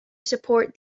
support